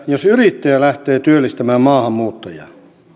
jos yrittäjä lähtee työllistämään maahanmuuttajaa